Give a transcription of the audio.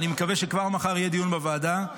ואני מקווה שכבר מחר יהיה דיון בוועדה,